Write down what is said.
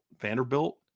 Vanderbilt